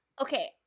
okay